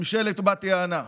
ממשלת בת יענה.